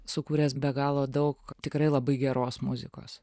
sukūręs be galo daug tikrai labai geros muzikos